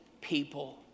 people